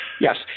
Yes